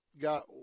got